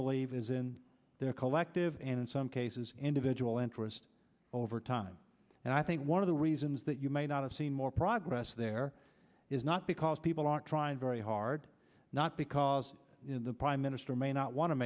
believe is in their collective and in some cases individual interest over time and i think one of the reasons that you may not have seen more progress there is not because people are trying very hard not because the prime minister may not want to